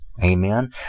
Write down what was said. Amen